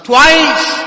Twice